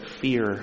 fear